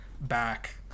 Back